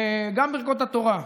גם ברכות התורה,